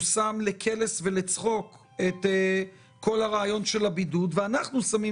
הוא שם לקלס ולצחוק את כל הרעיון של הבידוד ואנחנו שמים